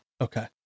Okay